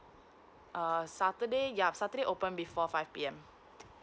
uh saturday ya saturday open before five p m